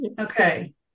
okay